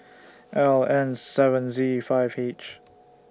L N seven Z five H